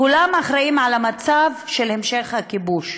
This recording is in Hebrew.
כולם אחראים למצב של המשך הכיבוש.